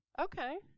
Okay